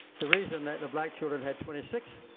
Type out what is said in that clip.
the reason that the black children had twenty six